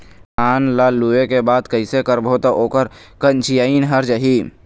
धान ला लुए के बाद कइसे करबो त ओकर कंचीयायिन हर जाही?